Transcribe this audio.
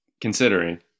considering